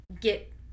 get